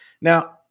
Now